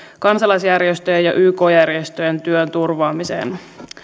kansalaisjärjestöjen ja yk järjestöjen työn turvaamiseen